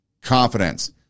confidence